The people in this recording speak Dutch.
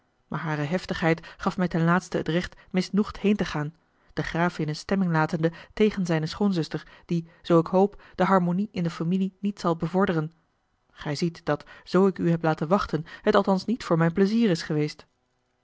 maar hare heftigheid gaf mij ten laatste het recht misnoegd heen te gaan den graaf in eene stemming latende tegen zijne schoonzuster die zoo ik hoop de harmonie in de familie niet zal bevorderen gij ziet dat zoo ik u heb laten wachten het althans niet voor mijn pleizier is geweest